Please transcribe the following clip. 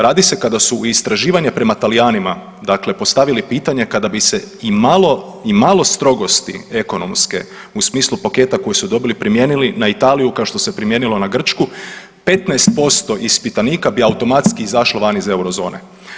Radi se kada su u istraživanje prema Talijanima dakle postavili pitanje kada bi se imalo imalo strogosti ekonomske u smislu paketa koje su dobili primijenili na Italiju kao što se primijenilo na Grčku, 15% ispitanika bi automatski izašlo van iz eurozone.